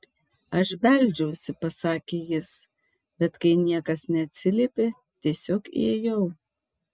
aš beldžiausi pasakė jis bet kai niekas neatsiliepė tiesiog įėjau